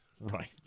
Right